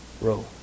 Row